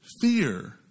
fear